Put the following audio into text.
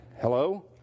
Hello